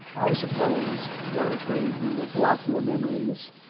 i suppose you are afraid we will block your memories,